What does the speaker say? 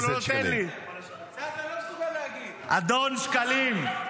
על פי מה שאתה אומר אתה עושה את הקניות בבית.